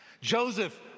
Joseph